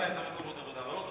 מה אמרתי לו?